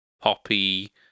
poppy